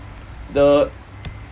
the